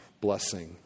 blessing